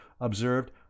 observed